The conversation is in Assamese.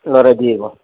ল'ৰাই দি আহিব